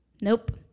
nope